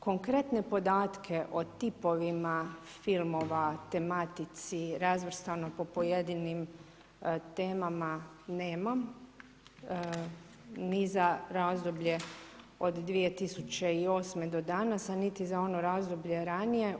Konkretne podatke o tipovima filmova, tematici, razvrstano po pojedinim temama nemam, ni za razdoblje od 2008. do danas, a niti za ono razdoblje ranije.